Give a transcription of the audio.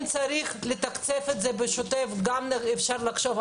אם צריך לתקצב את זה בשוטף אפשר לחשוב על פתרון.